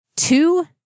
Two